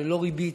הוא ללא ריבית,